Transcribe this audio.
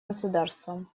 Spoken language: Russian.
государством